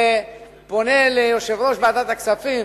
ואני פונה אל יושב-ראש ועדת הכספים: